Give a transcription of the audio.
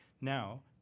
Now